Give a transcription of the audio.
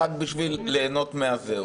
רק בשביל ליהנות מזה,